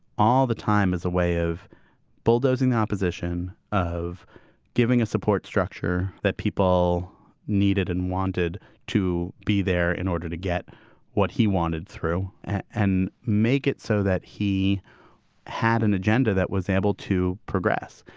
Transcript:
all the time as a way of bulldozing the opposition of giving a support structure that people needed and wanted to be there in order to get what he wanted through and make it so that he had an agenda that was able to progress.